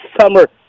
summer